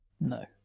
No